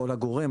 או לגורם,